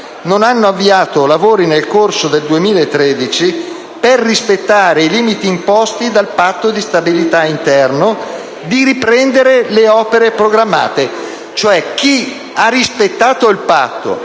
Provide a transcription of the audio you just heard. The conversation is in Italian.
non hanno avviato lavori nel corso del 2013 per rispettare i limiti imposti dal Patto di stabilità interno, di riprendere le opere programmate», in quanto chi ha rispettato il Patto,